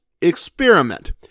experiment